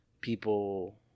people